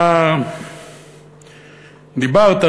דיברת,